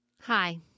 Hi